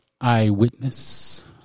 eyewitness